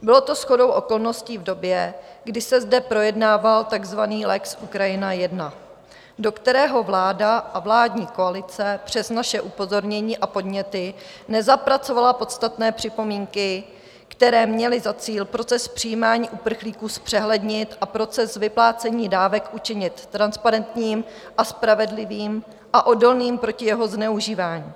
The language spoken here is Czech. Bylo to shodou okolností v době, kdy se zde projednával takzvaný lex Ukrajina I, do kterého vláda a vládní koalice přes naše upozornění a podněty nezapracovala podstatné připomínky, které měly za cíl proces přijímání uprchlíků zpřehlednit a proces vyplácení dávek učinit transparentním, spravedlivým a odolným proti jeho zneužívání.